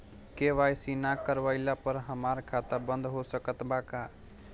KYC ना करवाइला पर हमार खाता बंद हो सकत बा का?